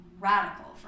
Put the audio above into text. radical